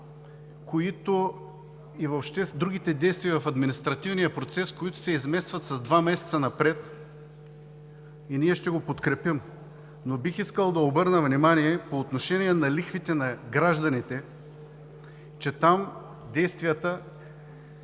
мерки, въобще другите действия в административния процес, които се изместват с два месеца напред, и ние ще го подкрепим, но бих искал обаче да обърна внимание по отношение лихвите на гражданите, че там въобще няма